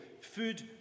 food